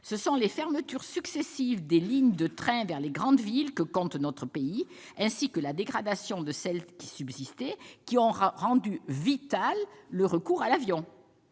Ce sont les fermetures successives des lignes de train vers les grandes villes que compte notre pays, ainsi que la dégradation de celles qui subsistaient, qui ont rendu vital le recours à l'avion.